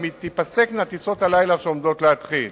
גם תיפסקנה טיסות הלילה שעומדות להתחיל.